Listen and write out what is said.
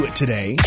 today